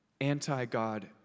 anti-God